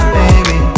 baby